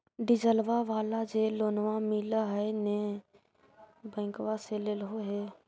डिजलवा वाला जे लोनवा मिल है नै बैंकवा से लेलहो हे?